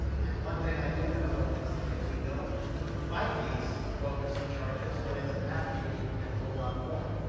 and one thing i do know is that if we don't fight these bogus charges, what ends up happening is we'll get a whole lot more,